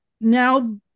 Now